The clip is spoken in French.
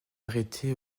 arrêtée